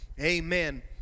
amen